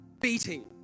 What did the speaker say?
beating